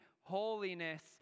holiness